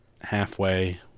halfway